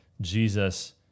Jesus